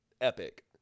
epic